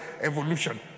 evolution